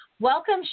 Welcome